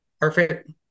Perfect